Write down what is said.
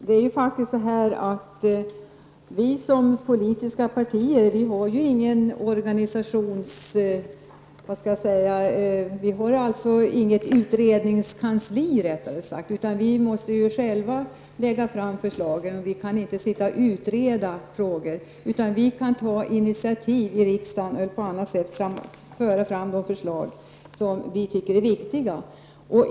Herr talman! De politiska partierna har inget utredningskansli. Vi måste själva lägga fram förslagen, och vi kan inte sitta och utreda frågor. I stället kan vi ta initiativ i riksdagen eller på annat sätt föra fram de förslag som vi tycker är viktiga.